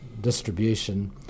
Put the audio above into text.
distribution